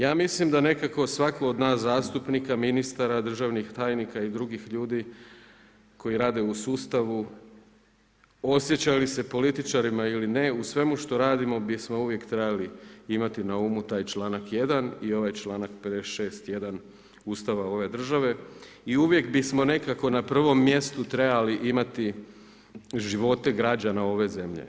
Ja mislim da nekako svako od nas zastupnika, ministara, državnih tajnika i drugih ljudi koji rade u sustavu osjećaju li se političarima ili ne, u svemu što radimo bismo uvijek trebali imati na umu taj članak 1. i ovaj članak 56. 1. Ustava ove države i uvijek bismo nekako na prvom mjestu trebali imati živote građana ove zemlje.